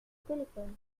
téléphone